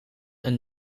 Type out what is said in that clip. een